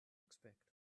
expect